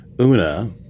Una